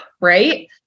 Right